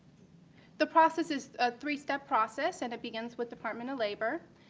the process is a three-step process and begins with department of labor,